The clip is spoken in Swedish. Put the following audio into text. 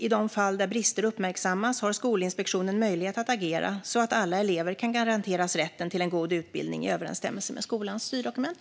I fall där brister uppmärksammas har Skolinspektionen möjlighet att agera så att alla elever kan garanteras rätten till en god utbildning i överensstämmelse med skolans styrdokument.